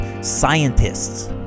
scientists